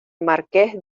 marqués